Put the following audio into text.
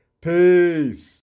peace